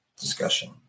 discussion